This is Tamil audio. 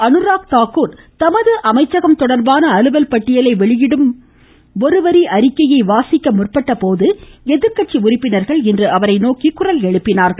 அவராக் தாக்கூர் தமது அமைச்சகம் தொடர்பான் அலுவல் பட்டியலை வெளியிடும் ஒருவரி அறிக்கையை வாசிக்க முற்பட்ட போது எதிர்கட்சி உறுப்பினர்கள் அவரை நோக்கி குரல் எழுப்பினார்கள்